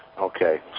Okay